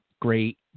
great